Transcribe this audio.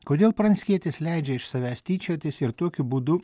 kodėl pranckietis leidžia iš savęs tyčiotis ir tokiu būdu